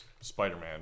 Spider-Man